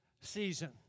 season